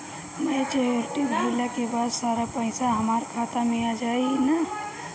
Maturity भईला के बाद सारा पईसा हमार खाता मे आ जाई न?